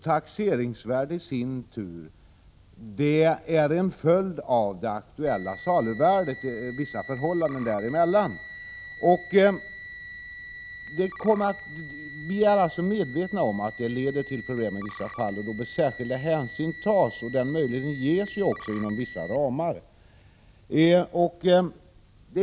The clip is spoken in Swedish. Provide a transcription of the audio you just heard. Taxeringsvärdet är i sin tur ett resultat av det aktuella saluvärdet och vissa andra förhållanden. Vi är medvetna om att nuvarande förfarande leder till problem i vissa fall, och då bör särskilda hänsyn tas. Den möjligheten ges också inom vissa ramar.